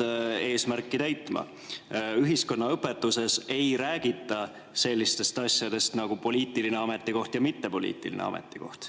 eesmärki täitma. Ühiskonnaõpetuses ei räägita sellistest asjadest nagu poliitiline ametikoht ja mittepoliitiline ametikoht.